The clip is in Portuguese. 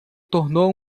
tornou